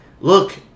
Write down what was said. look